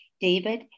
David